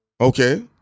Okay